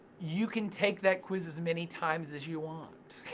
you can take that quiz as many times as you want.